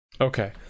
Okay